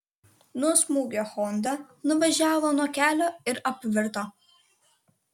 nuo smūgio honda nuvažiavo nuo kelio ir apvirto